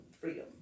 freedom